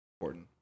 Important